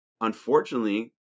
Unfortunately